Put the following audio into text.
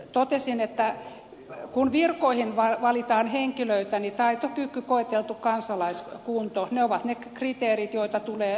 totesin että kun virkoihin valitaan henkilöitä niin taito kyky koeteltu kansalaiskunto ovat ne kriteerit joita tulee soveltaa